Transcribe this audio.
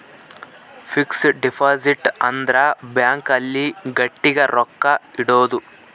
fix deposit ಅಂದ್ರ bank ಅಲ್ಲಿ ಗಟ್ಟಿಗ ರೊಕ್ಕ ಇಡೋದು